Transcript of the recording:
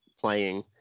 playing